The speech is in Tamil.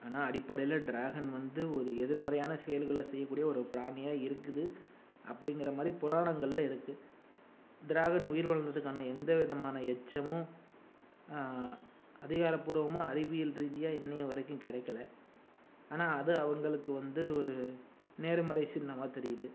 ஆனால் அடிப்படையில் ட்ராகன் வந்து ஒரு எதிர்மறையான செயல்களை செய்யக்கூடிய ஒரு பிராணியாக இருக்குது அப்படிங்கிற மாதிரி புராணங்களில் இருக்குது ட்ராகன் உயிர் வாழ்ந்ததுக்கான எந்த விதமான எச்சமும் அதிகாரப்பூர்வமான அறிவியல் ரீதியாக இன்னை வரைக்கும் கிடைக்கல ஆனால் அது அவங்களுக்கு வந்து ஒருநேர்மறை சின்னமாக தெரியுது